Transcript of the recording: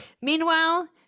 Meanwhile